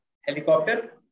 helicopter